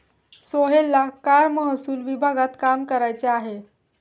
सोहेलला कर महसूल विभागात काम करायचे आहे